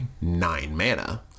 nine-mana